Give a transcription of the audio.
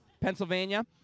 pennsylvania